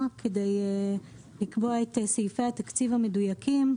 כדי לקבוע את סעיפי התקציב המדויקים,